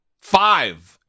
five